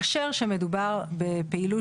שמדבר על רעלים